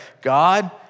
God